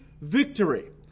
victory